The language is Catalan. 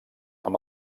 amb